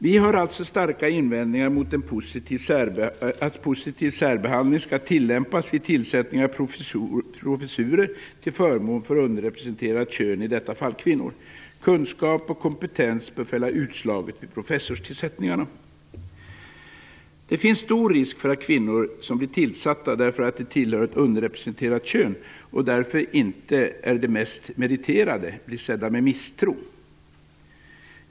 Vi har alltså starka invändningar mot att positiv särbehandling skall tillämpas vid tillsättning av professurer till förmån för underrepresenterat kön, i detta fall kvinnor. Kunskap och kompetens bör fälla utslaget vid professorstillsättningarna. Det finns stor risk för att kvinnor, som blir tillsatta därför att de tillhör ett underrepresenterat kön och därför inte är de mest meriterade, blir sedda med misstro.